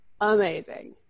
amazing